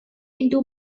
into